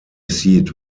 seat